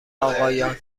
آقایان